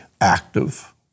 active